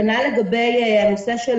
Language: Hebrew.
כנ"ל לגבי הנושא של